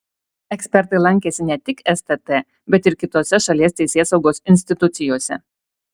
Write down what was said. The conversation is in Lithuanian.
ekspertai lankėsi ne tik stt bet ir kitose šalies teisėsaugos institucijose